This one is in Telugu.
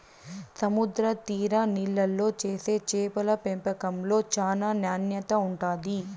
సముద్ర తీర నీళ్ళల్లో చేసే చేపల పెంపకంలో చానా నాణ్యత ఉంటాది